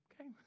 okay